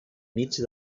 mig